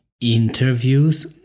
interviews